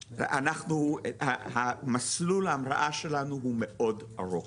אנחנו, מסלול ההמראה שלנו הוא מאוד ארוך.